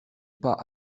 pas